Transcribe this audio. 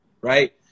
right